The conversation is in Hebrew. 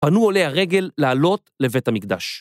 פנו עולי הרגל לעלות לבית המקדש.